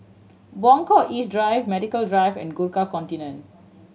Buangkok East Drive Medical Drive and Gurkha Contingent